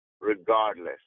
regardless